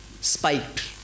spiked